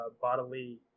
bodily